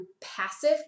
passive